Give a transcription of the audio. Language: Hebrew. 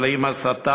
הם מלאים הסתה,